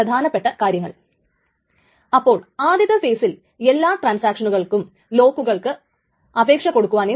ഓരോ data item ആയ x ന്റെ ട്രാൻസാക്ഷനും തുടങ്ങുമ്പോൾ 2 ടൈം ടാബ് അതിന് കൊടുക്കും